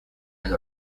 and